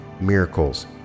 miracles